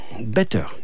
better